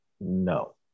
No